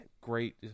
great